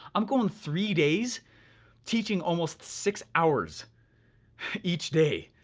i'm going three days teaching almost six hours each day.